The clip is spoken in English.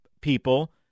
people